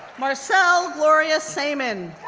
marcelle-gloria samen,